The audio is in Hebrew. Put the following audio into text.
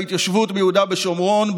בהתיישבות ביהודה ושומרון,